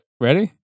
Ready